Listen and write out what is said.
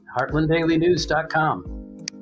heartlanddailynews.com